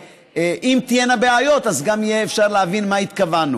ואם תהיינה בעיות אז גם יהיה אפשר להבין מה התכוונו.